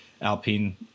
Alpine